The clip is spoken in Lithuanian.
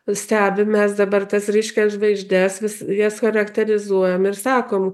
stebim mes dabar tas ryškias žvaigždes vis jas charakterizuojam ir sakom